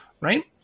Right